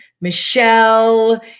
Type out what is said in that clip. Michelle